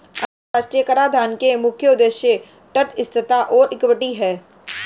अंतर्राष्ट्रीय कराधान के मुख्य उद्देश्य तटस्थता और इक्विटी हैं